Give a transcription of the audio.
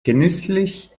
genüsslich